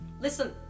Listen